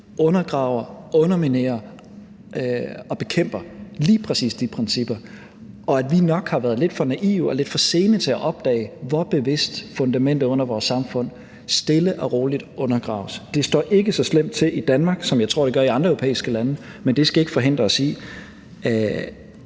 undergraver, underminerer og bekæmper lige præcis de principper, og at vi nok har været lidt for naive og lidt for sene til at opdage, hvor bevidst fundamentet under vores samfund stille og roligt undergraves. Det står ikke så slemt til i Danmark, som jeg tror det gør i andre europæiske lande, men det skal ikke forhindre os i